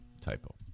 Typo